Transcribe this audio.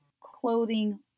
clothing